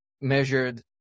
measured